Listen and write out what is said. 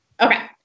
Okay